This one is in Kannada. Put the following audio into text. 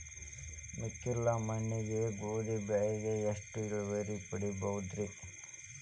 ಮೆಕ್ಕಲು ಮಣ್ಣಾಗ ಗೋಧಿ ಬೆಳಿಗೆ ಎಷ್ಟ ಇಳುವರಿ ಪಡಿಬಹುದ್ರಿ?